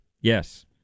Yes